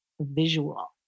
visual